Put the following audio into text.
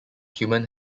human